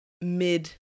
mid